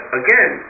again